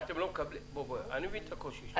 -- לולא הוועדה הזאת תלווה עכשיו ביד חזקה של מימוש הרפורמה,